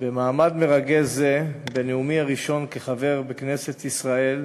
במעמד מרגש זה, בנאומי הראשון כחבר בכנסת ישראל,